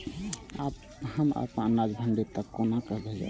हम अपन अनाज मंडी तक कोना भेज सकबै?